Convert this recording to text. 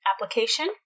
application